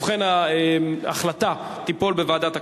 ובכן, ההחלטה תיפול בוועדת הכנסת.